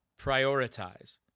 Prioritize